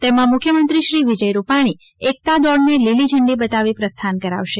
તેમાં મુખ્યમંત્રી શ્રી વિજય રૂપાણી એકતા દોડને લીલી ઝંડી બતાવી પ્રસ્થાન કરાવશે